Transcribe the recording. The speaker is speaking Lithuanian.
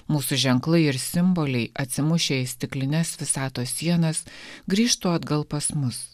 mūsų ženklai ir simboliai atsimušę į stiklines visatos sienas grįžtų atgal pas mus